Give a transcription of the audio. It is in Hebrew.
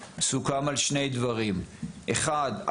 סוכם על שני דברים: אחד,